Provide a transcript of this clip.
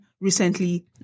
recently